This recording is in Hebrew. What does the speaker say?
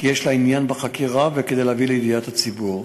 זה כי יש לה עניין בחקירה וכדי להביא לידיעת הציבור.